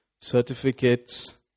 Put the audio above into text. certificates